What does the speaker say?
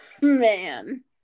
man